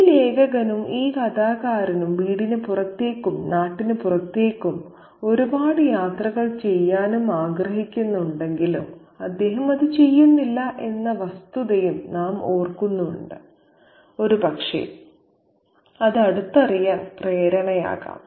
ഈ ലേഖകനും ഈ കഥാകാരനും വീടിന് പുറത്തേക്കും നാട്ടിന് പുറത്തേക്കും ഒരുപാട് യാത്രകൾ ചെയ്യാനും ആഗ്രഹിക്കുന്നുവെങ്കിലും അദ്ദേഹം അത് ചെയ്യുന്നില്ല എന്ന വസ്തുതയും നാം ഓർക്കുന്നുവെങ്കിൽ ഒരുപക്ഷേ അത് അടുത്തറിയാൻ പ്രേരണയാകാം